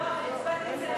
שתקבע ועדת הכנסת נתקבלה.